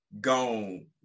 gone